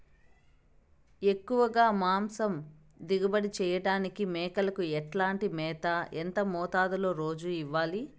ఎక్కువగా మాంసం దిగుబడి చేయటానికి మేకలకు ఎట్లాంటి మేత, ఎంత మోతాదులో రోజు ఇవ్వాలి?